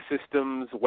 systems